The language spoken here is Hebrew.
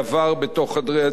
זה לא אומר שאין מחלוקות.